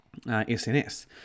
SNS